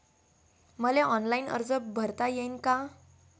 मले ऑनलाईन कर्ज भरता येईन का?